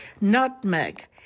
nutmeg